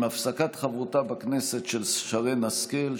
עם הפסקת חברותה בכנסת של שרן מרים השכל,